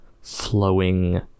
flowing